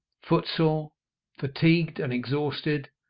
foot-sore, fatigued, and exhausted,